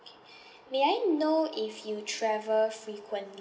okay may I know if you travel frequently